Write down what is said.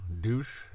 douche